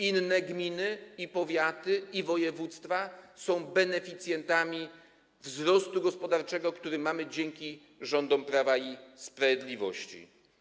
Inne gminy, powiaty i województwa są beneficjentami wzrostu gospodarczego, który mamy dzięki rządom Prawa i Sprawiedliwości.